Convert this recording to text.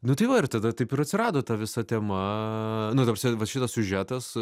nu tai va ir tada taip ir atsirado ta visa tema nu ta prasme va šitas siužetas